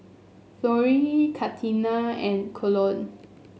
Florie Katina and Colon